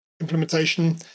implementation